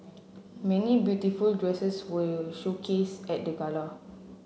many beautiful dresses were showcased at the gala